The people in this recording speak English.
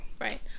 Right